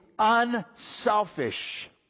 unselfish